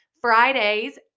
Friday's